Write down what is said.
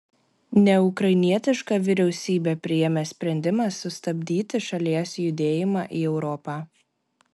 neukrainietiška vyriausybė priėmė sprendimą sustabdyti šalies judėjimą į europą